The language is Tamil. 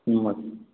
ம் ஓகே